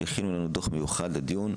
שהכינה לנו דוח מיוחד לדיון,